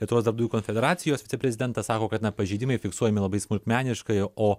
lietuvos darbdavių konfederacijos viceprezidentas sako kad na pažeidimai fiksuojami labai smulkmeniškai o